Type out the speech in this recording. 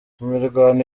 imirwano